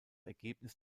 ergebnis